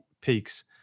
peaks